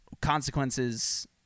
consequences